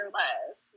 less